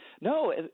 no